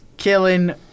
Killing